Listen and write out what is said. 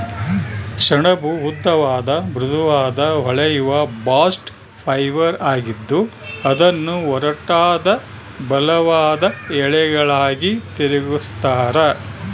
ಸೆಣಬು ಉದ್ದವಾದ ಮೃದುವಾದ ಹೊಳೆಯುವ ಬಾಸ್ಟ್ ಫೈಬರ್ ಆಗಿದ್ದು ಅದನ್ನು ಒರಟಾದ ಬಲವಾದ ಎಳೆಗಳಾಗಿ ತಿರುಗಿಸ್ತರ